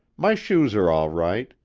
my shoes are all right.